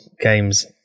Games